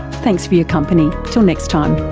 thanks for your company, till next time